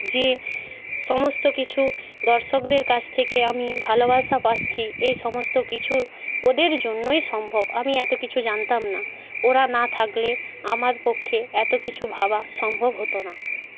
যে সমস্ত কিছু দর্শকদের কাছ থেকে আমি ভালোবাসা পাচ্ছি এ সমস্ত কিছু ওদের জন্যই সম্ভব আমি এত কিছু জানতাম না ওরা না থাকলে আমার পক্ষে এত কিছু ভাবা সম্ভব হতো না